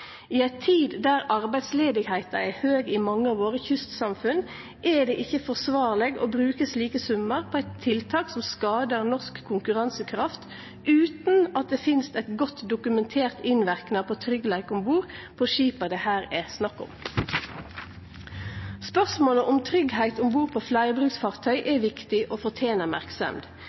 I ei tid der arbeidsløysa er stor i mange av kystsamfunna våre, er det ikkje forsvarleg å bruke slike summar på eit tiltak som skader norsk konkurransekraft, utan at det finst ein godt dokumentert innverknad på tryggleiken om bord på skipa det her er snakk om. Spørsmålet om tryggleik om bord på fleirbruksfartøy er viktig og fortener merksemd.